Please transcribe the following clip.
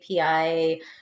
API